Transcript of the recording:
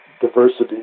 diversity